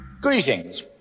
Greetings